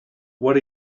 what